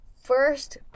First